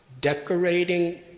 decorating